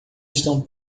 estão